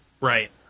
Right